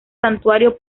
santuario